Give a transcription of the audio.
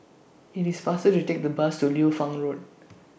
IT IS faster to Take The Bus to Liu Fang Road